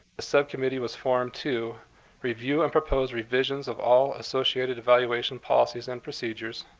the subcommittee was formed to review and propose revisions of all associated evaluation policies and procedures,